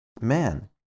men